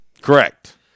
Correct